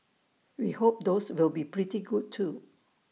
we hope those will be pretty good too